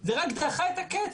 זה רק דחה את הקץ,